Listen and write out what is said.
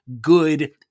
good